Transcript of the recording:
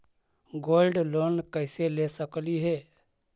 Gold loan कैसे ले सकली हे?